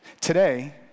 Today